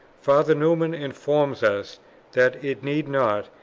father newman informs us that it need not,